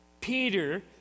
Peter